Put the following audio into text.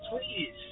please